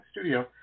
studio